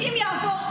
אם יעבור,